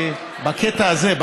בקטע הזה,